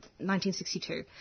1962